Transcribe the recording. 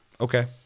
okay